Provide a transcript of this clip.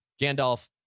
Gandalf